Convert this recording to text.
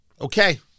Okay